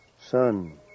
Son